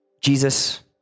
Jesus